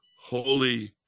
holy